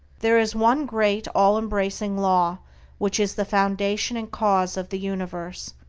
there is one great all-embracing law which is the foundation and cause of the universe,